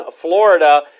Florida